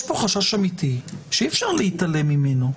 יש פה חשש אמיתי שאי-אפשר להתעלם ממנו,